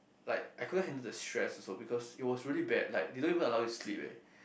like I couldn't handle the stress also because it was really bad like they don't even allow you to sleep eh